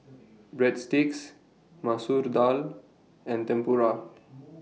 Breadsticks Masoor Dal and Tempura